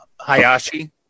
Hayashi